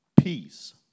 Peace